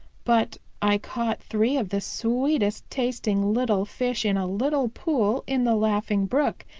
but i caught three of the sweetest tasting little fish in a little pool in the laughing brook,